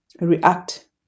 react